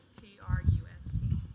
T-R-U-S-T